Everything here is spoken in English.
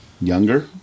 younger